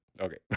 Okay